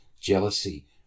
jealousy